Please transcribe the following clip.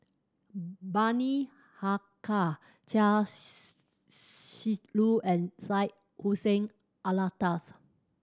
Bani Haykal Chia Shi Lu and Syed Hussein Alatas